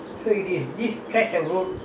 where now Raffles hospital is ah